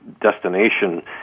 destination